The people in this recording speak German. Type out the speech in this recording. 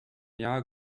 jahr